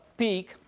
peak